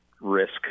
risk